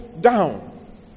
down